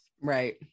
Right